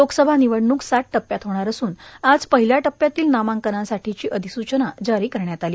लोकसभा निवडणूक सात टप्प्यात होणार असून आज पहिल्या टप्प्यातील नामांकनासाठीची अधिसूनचा जारी करण्यात आली